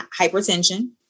hypertension